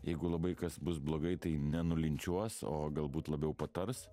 jeigu labai kas bus blogai tai nenulinčiuos o galbūt labiau patars